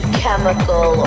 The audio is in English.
chemical